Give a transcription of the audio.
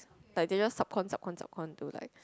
like they just sub con sub con sub con to like